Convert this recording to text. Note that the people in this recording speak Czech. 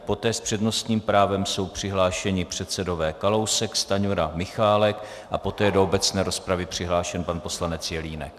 Poté s přednostním právem jsou přihlášeni předsedové Kalousek, Stanjura, Michálek a poté do obecné rozpravy je přihlášen pan poslanec Jelínek.